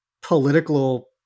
political